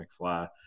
McFly